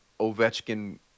Ovechkin